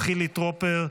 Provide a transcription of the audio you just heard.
חילי טרופר,